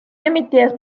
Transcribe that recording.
emitidas